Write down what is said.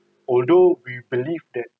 although we believe that